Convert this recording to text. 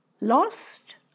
Lost